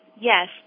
yes